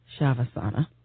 Shavasana